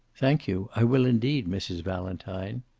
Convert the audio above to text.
thank you. i will, indeed, mrs. valentine.